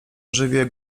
żywię